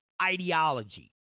ideology